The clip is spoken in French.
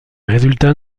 résultats